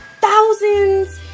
thousands